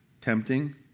tempting